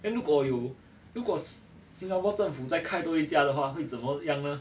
then 如果有如果新加坡政府在开多一家的话会怎么样呢